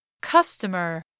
customer